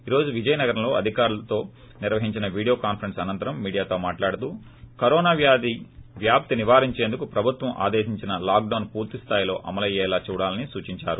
ఈ రోజు విజయనగరంలో అధికారులతో నిర్వహించిన వీడియో కాన్పరెన్స్ అనంతరం మీడియాతో మాట్లాడుతూ కరోనా వ్యాధి వ్యాప్తి నివారించేందుకు ప్రభుత్వం ఆదేశించిన లాక్ డౌన్ పూర్తి స్థాయిలో అమలయ్యేలా చూడాలని సూచించారు